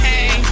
Hey